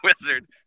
Wizard